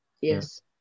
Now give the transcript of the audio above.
Yes